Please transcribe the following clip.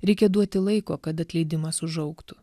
reikia duoti laiko kad atleidimas užaugtų